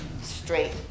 straight